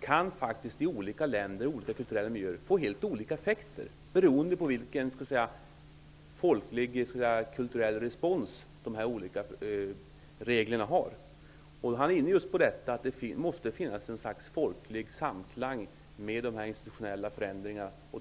kan i olika länder och i olika kulturella miljöer få helt olika effekter beroende på vilken folklig, kulturell respons dessa regler får. Han menar att det måste finnas ett slags folklig samklang med de institutionella förändringarna.